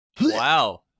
Wow